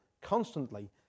constantly